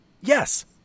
Yes